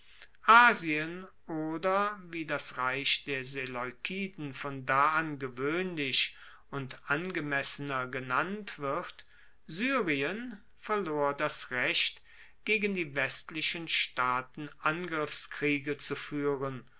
asien oder wie das reich der seleukiden von da an gewoehnlich und angemessener genannt wird syrien verlor das recht gegen die westlichen staaten angriffskriege zu fuehren